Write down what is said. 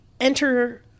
enter